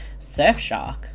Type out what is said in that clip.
Surfshark